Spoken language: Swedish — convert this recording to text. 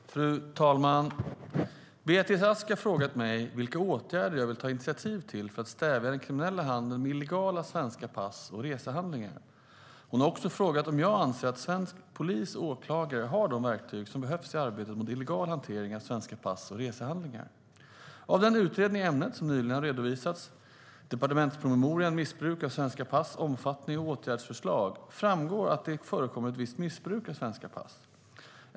Svar på interpellationer Fru talman! Beatrice Ask har frågat mig vilka åtgärder jag vill ta initiativ till för att stävja den kriminella handeln med illegala svenska pass och resehandlingar. Hon har också frågat om jag anser att svensk polis och svenska åklagare har de verktyg som behövs i arbetet mot illegal hantering av svenska pass och resehandlingar. Av den utredning i ämnet som nyligen har redovisats, departementspromemorian Missbruk av svenska pass - Omfattning och åtgärdsförslag , framgår att det förekommer ett visst missbruk av svenska pass.